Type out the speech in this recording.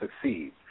succeed